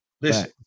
Listen